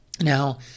Now